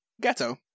Ghetto